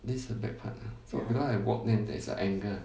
this is uh the back part ah because when I walk ah then there is a angle